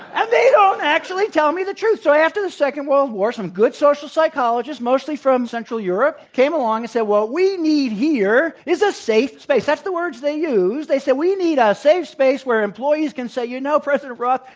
and they don't actually tell me the truth. so, after the second world war some good social psychologists, mostly from central europe, came along and said, what we need here is a safe space. that's the words they used. they said we need ah a safe space where employees can say, you know, president roth,